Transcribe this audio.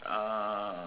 uh